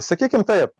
sakykim taip